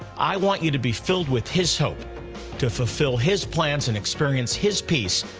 i want you to be filled with his hope to fulfill his plans and experience his peace,